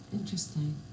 Interesting